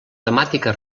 temàtica